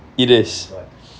oh my god